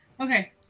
Okay